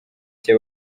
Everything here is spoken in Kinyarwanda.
cye